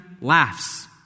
laughs